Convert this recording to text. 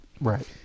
Right